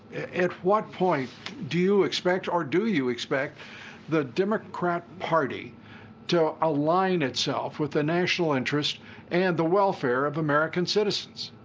at what point do you expect or do you expect the democrat party to align itself with the national interests and the welfare of american citizens?